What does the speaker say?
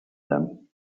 them